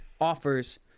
offers